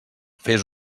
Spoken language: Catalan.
fes